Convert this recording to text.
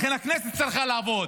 לכן הכנסת צריכה לעבוד,